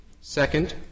Second